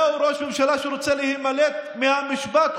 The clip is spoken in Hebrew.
זהו ראש ממשלה שרוצה להימלט מהמשפט,